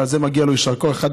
ועל זה מגיע לו יישר כוח,